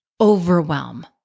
Overwhelm